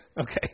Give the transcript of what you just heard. Okay